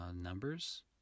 numbers